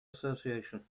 association